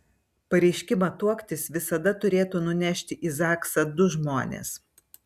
pareiškimą tuoktis visada turėtų nunešti į zaksą du žmonės